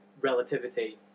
relativity